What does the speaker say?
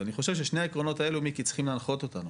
אז אני חושב ששני העקרונות האלה מיקי צריכים להנחות אותנו,